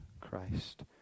Christ